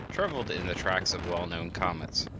traveled in the tracks of well-known comets,